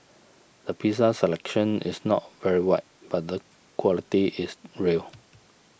the pizza selection is not very wide but the quality is real